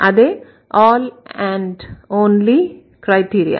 అదే 'all and only' criteria